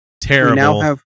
terrible